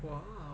!wow!